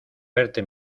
verte